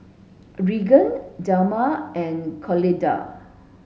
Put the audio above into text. Regan Delmer and Clotilde